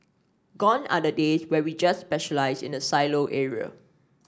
gone are the days where we just specialise in a silo area